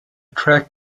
track